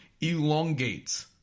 elongates